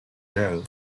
joe